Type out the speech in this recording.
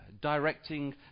directing